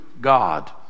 God